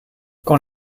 quand